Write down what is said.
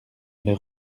les